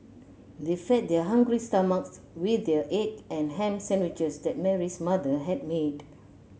they fed their hungry stomachs with the egg and ham sandwiches that Mary's mother had made